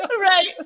right